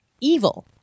evil